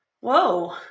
Whoa